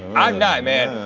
i'm not, man.